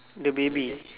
the baby